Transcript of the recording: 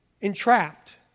entrapped